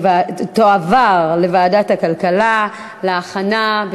התשע"ה 2014, לוועדת הכלכלה נתקבלה.